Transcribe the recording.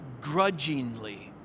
grudgingly